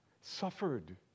suffered